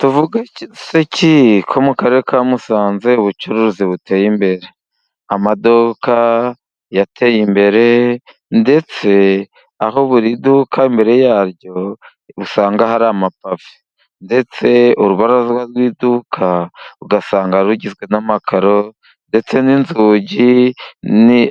Tuvuge se ki ko mu karere ka musanze ubucuruzi buteye imbere? Amaduka yateye imbere, ndetse aho buri duka imbere yaryo usanga hari amapave. Ndetse urubaraza rw'iduka ugasanga rugizwe n'amakaro ndetse n'inzugi